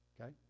Okay